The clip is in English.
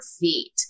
feet